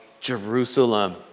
Jerusalem